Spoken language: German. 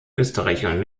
österreichern